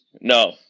No